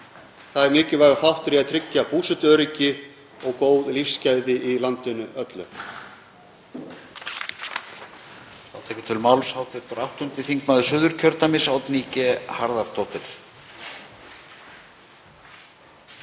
Það er mikilvægur þáttur í að tryggja búsetuöryggi og góð lífsgæði í landinu öllu.